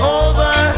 over